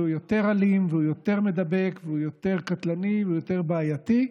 והוא יותר אלים והוא יותר מידבק והוא יותר קטלני והוא יותר בעייתי.